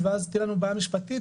אז תהיה לנו בעיה משפטית,